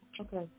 Okay